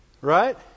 Right